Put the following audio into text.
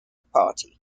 party